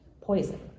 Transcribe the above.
poison